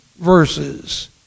verses